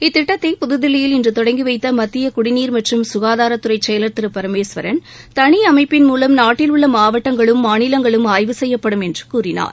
இத்திட்டத்தை புதுதில்லியில் இன்று தொடங்கி வைத்த மத்திய குடிநீர் மற்றும் சுகாதாரத்துறை செயலர் திரு பரமேஸ்வரன் தனி அமைப்பின் மூலம் நாட்டில் உள்ள மாவட்டங்களும் மாநிலங்களும் ஆய்வு செய்யப்படும் என்று கூறினார்